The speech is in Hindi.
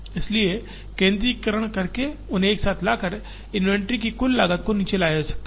इसलिए केंद्रीयकरण करके और उन्हें एक साथ लाकर इन्वेंट्री की कुल लागत को नीचे लाया जा सकता है